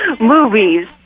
movies